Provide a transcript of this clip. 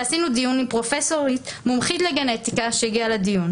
ועשינו דיון עם פרופסורית מומחית לגנטיקה שהגיעה לדיון.